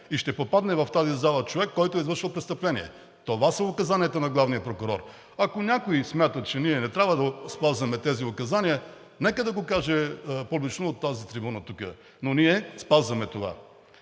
и ще попадне в тази зала човек, който е извършил престъпление. Това са указанията на главния прокурор. Ако някой смята, че ние не трябва да спазваме тези указания, нека да го каже публично от тази трибуна тук. Но ние спазваме това.